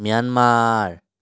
Myanmar